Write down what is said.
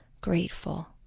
grateful